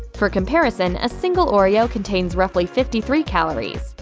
for comparison, a single oreo contains roughly fifty three calories.